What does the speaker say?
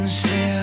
say